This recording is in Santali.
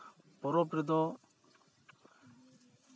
ᱯᱚᱨᱚᱵᱽ ᱨᱮᱫᱚ